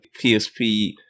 psp